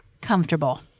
comfortable